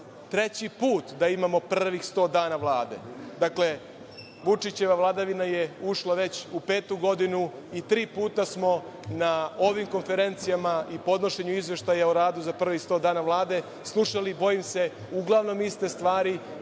treći put da imamo prvih sto dana Vlade. Vučićeva vladavina je ušla već u petu godinu i tri puta smo na ovim konferencijama i podnošenju izveštaja o radu za prvih sto dana Vlade slušali, bojim se, uglavnom iste stvari